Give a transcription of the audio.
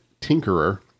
Tinkerer